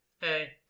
Hey